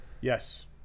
yes